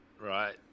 right